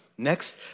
Next